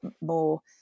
more